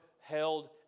held